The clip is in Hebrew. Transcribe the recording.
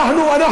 הוא בחור טוב.